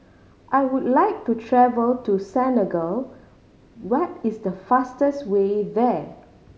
I would like to travel to Senegal what is the fastest way there